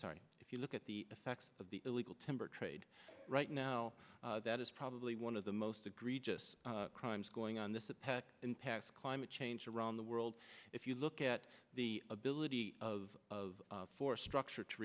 sorry if you look at the effects of the illegal timber trade right now that is probably one of the most egregious crimes going on this a peck in past climate change around the world if you look at the ability of of force structure to